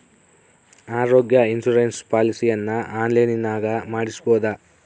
ಆರೋಗ್ಯ ಇನ್ಸುರೆನ್ಸ್ ಪಾಲಿಸಿಯನ್ನು ಆನ್ಲೈನಿನಾಗ ಮಾಡಿಸ್ಬೋದ?